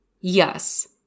Yes